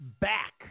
back